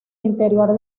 interior